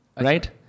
right